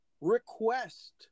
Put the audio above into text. request